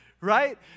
right